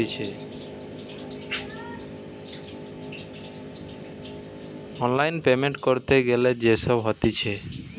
online payment ক্যরতে গ্যালে যে সব হতিছে